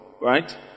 right